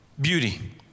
beauty